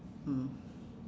mm